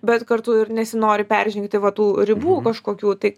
bet kartu ir nesinori peržengti va tų ribų kažkokių tai